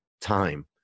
time